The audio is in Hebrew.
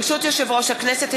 ברשות יושב-ראש הכנסת,